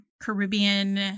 Caribbean